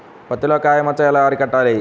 పత్తిలో కాయ మచ్చ ఎలా అరికట్టాలి?